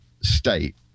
state